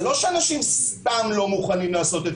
זה לא שאנשים סתם לא מוכנים לעשות את